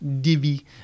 Divi